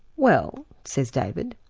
well', says david,